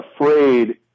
afraid